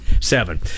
Seven